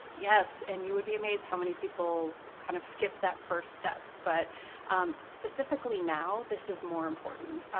yes. and you would be amazed how many people kind of skip that first step. but specifically now, this is more important.